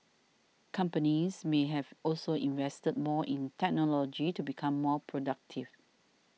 companies may have also invested more in technology to become more productive